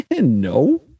No